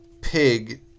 pig